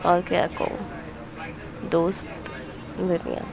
اور کیا کہوں دوست دُنیا